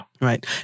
Right